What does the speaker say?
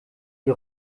die